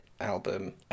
album